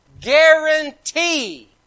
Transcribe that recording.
guarantee